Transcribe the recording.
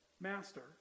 master